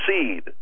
seed